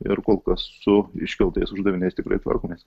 ir kol kas su iškeltais uždaviniais tikrai tvarkomės